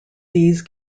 these